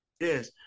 Yes